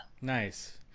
Nice